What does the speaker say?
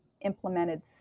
implemented